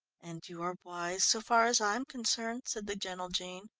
and you are wise, so far as i am concerned, said the gentle jean.